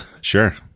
Sure